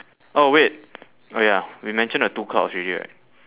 oh wait oh ya we mentioned the two clouds already right